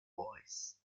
voice